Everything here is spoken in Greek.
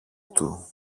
του